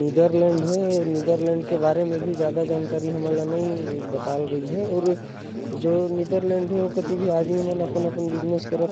नीदरलैंड म बड़ा बड़ा बिल्डिंग हवे जे हर बहुते सुंदर दिखथे। जेकर